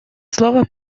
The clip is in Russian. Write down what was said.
слово